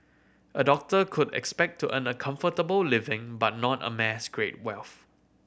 a doctor could expect to earn a comfortable living but not amass great wealth